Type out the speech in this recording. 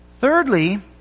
Thirdly